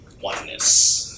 oneness